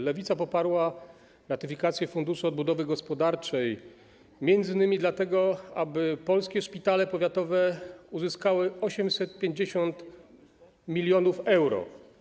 Lewica poparła ratyfikację funduszu odbudowy gospodarczej m.in. dlatego, aby polskie szpitale powiatowe uzyskały 850 mln euro.